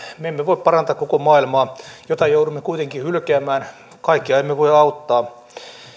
me emme voi parantaa koko maailmaa jotain joudumme kuitenkin hylkäämään kaikkia emme voi auttaa